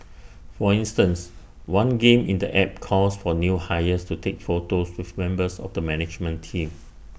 for instance one game in the app calls for new hires to take photos with members of the management team